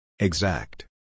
Exact